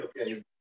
okay